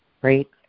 Great